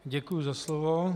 Děkuji za slovo.